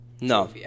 No